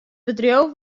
bedriuw